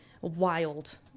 wild